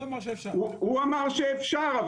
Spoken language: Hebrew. הוא אמר שאפשר.